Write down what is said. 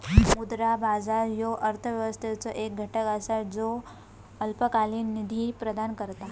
मुद्रा बाजार ह्यो अर्थव्यवस्थेचो एक घटक असा ज्यो अल्पकालीन निधी प्रदान करता